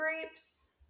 grapes